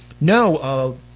No